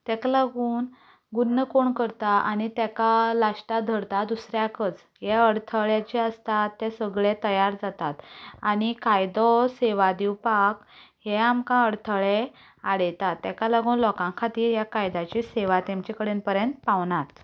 ताका लागून गुण्ण कोण करता आनी ताका लास्टाक धरता दुसऱ्याकच हे अडखले जे आसतात ते सगळे तयार जातात आनी कायदो हो सेवा दिवपाक हें आमकां अडखले आडयतात ताका लागून लोकां खातीर हे कायद्याची सेवा तेमच्या कडेन पर्यंत पावनात